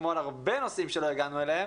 כמו על הרבה נושאים שלא הגענו אליהם,